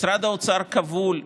משרד האוצר כבול,